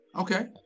Okay